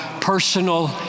personal